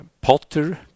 potter